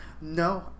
no